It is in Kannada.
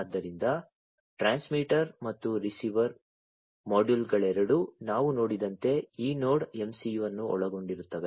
ಆದ್ದರಿಂದ ಟ್ರಾನ್ಸ್ಮಿಟರ್ ಮತ್ತು ರಿಸೀವರ್ ಮಾಡ್ಯೂಲ್ಗಳೆರಡೂ ನಾವು ನೋಡಿದಂತೆ ಈ ನೋಡ್ MCU ಅನ್ನು ಒಳಗೊಂಡಿರುತ್ತವೆ